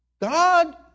God